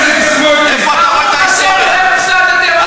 הפנים טוב, אצל אמסלם זה טוב.